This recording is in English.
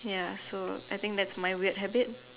ya so I think that's my weird habit